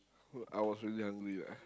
I was really hungry lah